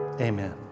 Amen